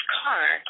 car